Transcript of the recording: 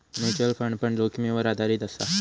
mutual fund पण जोखीमीवर आधारीत असा